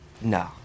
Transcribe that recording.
no